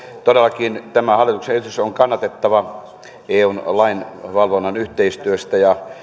todellakin tämä hallituksen esitys on kannatettava eun lainvalvonnan yhteistyöstä